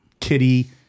Kitty